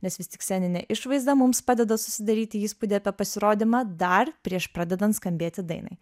nes vis tik sceninė išvaizda mums padeda susidaryti įspūdį apie pasirodymą dar prieš pradedant skambėti dainai